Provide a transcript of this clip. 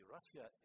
Russia